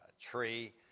tree